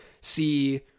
see